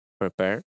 prepare